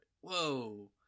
whoa